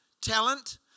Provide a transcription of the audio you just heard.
talent